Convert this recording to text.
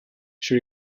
she